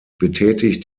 betätigt